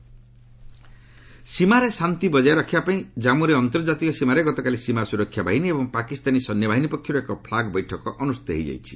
Indo Pak flag meeting ସୀମାରେ ଶାନ୍ତି ବଜାୟ ରଖିବାପାଇଁ ଜନ୍ମୁରେ ଆନ୍ତର୍ଜାତିକ ସୀମାରେ ଗତକାଲି ସୀମା ସୁରକ୍ଷା ବାହିନୀ ଏବଂ ପାକିସ୍ତାନୀ ସୈନ୍ୟବାହିନୀ ପକ୍ଷରୁ ଏକ ଫ୍ଲାଗ୍ ବୈଠକ ଅନୁଷ୍ଠିତ ହୋଇଯାଇଛି